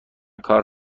کار